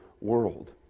world